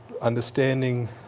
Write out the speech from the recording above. understanding